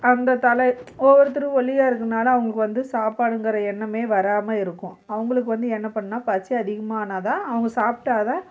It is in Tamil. அந்த தழை ஒவ்வொருத்தரும் ஒல்லியாக இருக்கனால் அவங்களுக்கு வந்து சாப்பாடுங்கிற எண்ணமே வராமல் இருக்கும் அவங்களுக்கு வந்து என்ன பண்ணால் பசி அதிகமானால்தான் அவங்க சாப்பிட்டாதான்